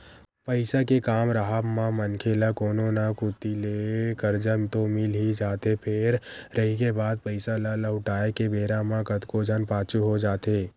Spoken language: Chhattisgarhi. पइसा के काम राहब म मनखे ल कोनो न कोती ले करजा तो मिल ही जाथे फेर रहिगे बात पइसा ल लहुटाय के बेरा म कतको झन पाछू हो जाथे